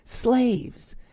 slaves